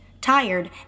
tired